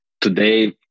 today